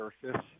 surface